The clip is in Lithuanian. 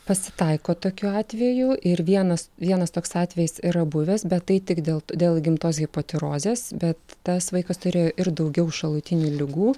pasitaiko tokių atvejų ir vienas vienas toks atvejis yra buvęs bet tai tik dėl dėl įgimtos hipotirozės bet tas vaikas turėjo ir daugiau šalutinių ligų